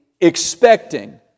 expecting